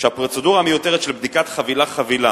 שהפרוצדורה המיותרת של בדיקת חבילה-חבילה,